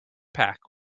pack